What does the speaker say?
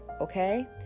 okay